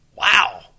Wow